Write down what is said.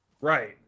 Right